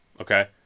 Okay